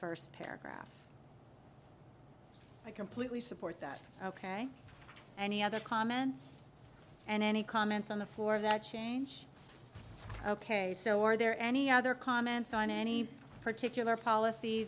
first paragraph i completely support that ok any other comments and any comments on the floor that change ok so are there any other comments on any particular policy